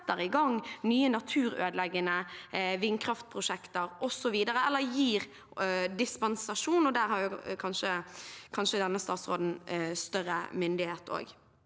setter i gang nye naturødeleggende vindkraftprosjekter eller gir dispensasjon osv. – der har kanskje denne statsråden større myndighet.